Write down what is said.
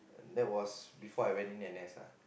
that was before I went in N_S ah